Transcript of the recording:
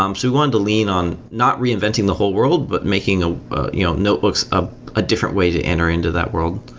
um so we wanted to lean on not reinventing the whole world, but making ah you know notebooks ah a different way to enter into that world.